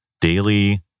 daily